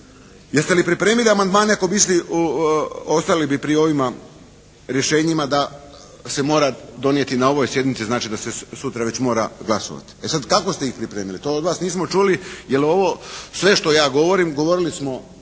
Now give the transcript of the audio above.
Jeste li pripremili amandmane ako bi išli u ostali bi pri ovima rješenjima da se mora donijeti na ovoj sjednici znači da se sutra već mora glasovati? E sad kako ste ih pripremili? To od vas nismo čuli. Jer ovo sve što ja govorim govorili smo